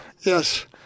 yes